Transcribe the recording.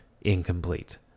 incomplete